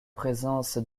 présence